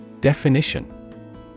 Definition